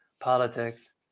politics